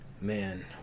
Man